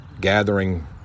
gathering